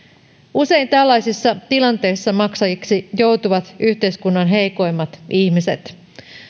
usein tällaisissa tilanteissa maksajiksi joutuvat yhteiskunnan heikoimmat ihmiset